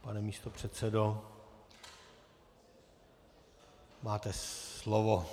Pane místopředsedo, máte slovo.